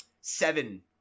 seven